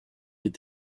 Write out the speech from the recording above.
est